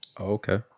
okay